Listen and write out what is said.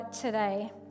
today